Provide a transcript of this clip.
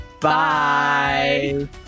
Bye